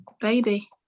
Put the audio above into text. baby